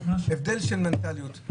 הבדל של מנטליות.